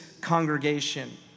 congregation